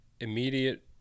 immediate